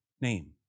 name